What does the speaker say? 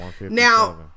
Now